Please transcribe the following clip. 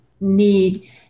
need